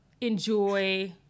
enjoy